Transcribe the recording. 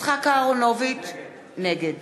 יצחק אהרונוביץ, נגד